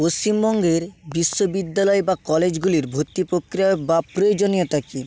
পশ্চিমবঙ্গের বিশ্ববিদ্যালয় বা কলেজগুলির ভর্তি প্রক্রিয়া বা প্রয়োজনীয়তা কী